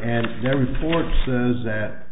and every four says that